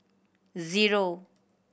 zero